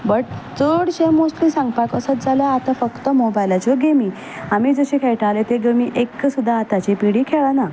but चडशे mostly सांगपाक वचत जाल्यार आतां फक्त मोबायलाच्यो गेमी आमी जशे खेळटाले त्यो गेमी एक सुद्दां आतांची पिडी खेळना